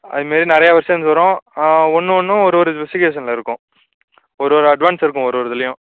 அதுமாரி நிறையா வெர்ஷன்ஸ் வரும் ஒன்று ஒன்றும் ஒரு ஒரு ஸ்பெசிஃபிகேஷனில் இருக்கும் ஒரு ஒரு அட்வான்ஸ் இருக்கும் ஒரு ஒரு இதுலேயும்